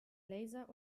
laser